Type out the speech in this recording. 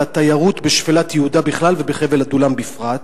על התיירות בשפלת יהודה בכלל ובחבל עדולם בפרט?